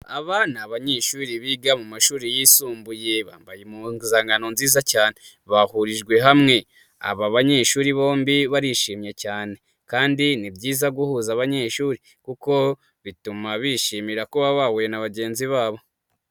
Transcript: Aba ni abanyeshuri biga mu mashuri yisumbuye, bambaye impuzankano nziza cyane bahurijwe hamwe. Aba banyeshuri bombi barishimye cyane kandi ni byiza guhuza abanyeshuri kuko bituma bishimira ko baba bahuye na bagenzi babo.